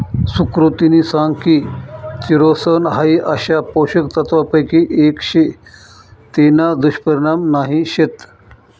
सुकृतिनी सांग की चिरोसन हाई अशा पोषक तत्वांपैकी एक शे तेना दुष्परिणाम नाही शेत